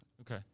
okay